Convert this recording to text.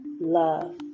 love